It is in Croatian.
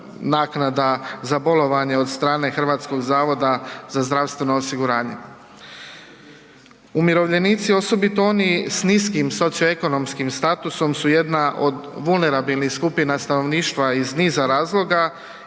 naknada za bolovanja od strane HZZO-a. Umirovljenici osobito oni s niskim socioekonomskim statusom su jedna od vulnerabilnih skupina stanovništva iz niza razloga